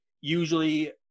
usually